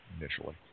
initially